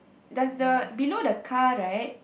does the below the car right